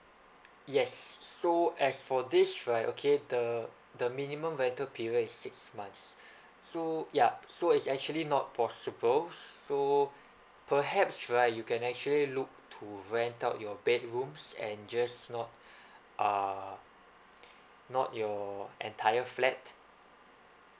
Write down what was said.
yes so as for this right okay the the minimum rental period is six months so yup so is actually not possible so perhaps right you can actually look to rent out your bedrooms and just not uh not your entire flat